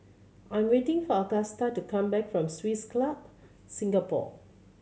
I'm waiting for Agusta to come back from Swiss Club Singapore